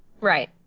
Right